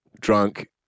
drunk